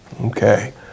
Okay